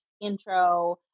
intro